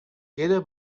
era